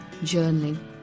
Journaling